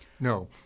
No